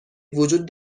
وجود